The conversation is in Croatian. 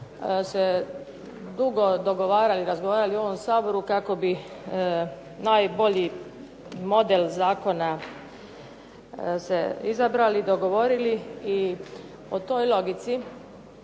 se dugo dogovarali, razgovarali u ovom Saboru kako bi najbolji model zakona izabrali, dogovorili i po toj logici